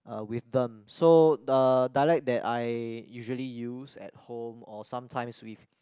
uh with them so the dialect that I usually use at home or sometimes with